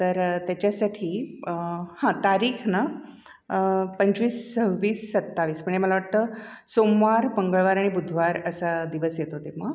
तर त्याच्यासाठी हां तारीख ना पंचवीस सव्वीस सत्तावीस म्हणजे मला वाटतं सोमवार मंगळवार आणि बुधवार असा दिवस येतो ते मग